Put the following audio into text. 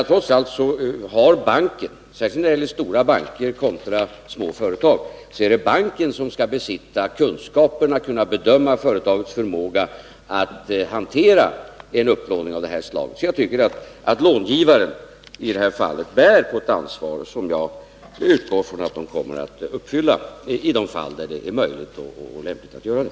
Trots allt skall banken — särskilt när det gäller stora banker kontra småföretag — besitta kunskaperna och kunna bedöma företagets förmåga att hantera en upplåning av det här slaget. Jag tycker alltså att långivarna i det här fallet bär ett ansvar, som jag utgår från att de kommer att uppfylla i de fall där det är möjligt och lämpligt att göra det.